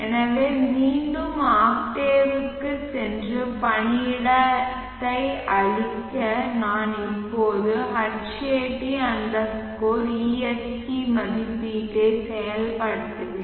எனவே மீண்டும் ஆக்டேவுக்குச் சென்று பணியிடத்தை அழிக்க நான் இப்போது Hat est மதிப்பீட்டை செயல்படுத்துவேன்